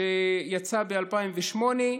שיצא ב-2008,